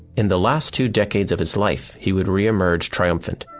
in the last two decades of his life, he would re-emerge triumphant,